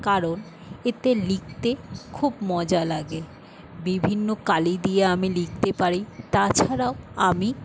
কারণ এতে লিখতে খুব মজা লাগে বিভিন্ন কালি দিয়ে আমি লিখতে পারি তাছাড়াও আমি